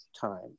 time